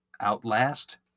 Outlast